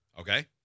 Okay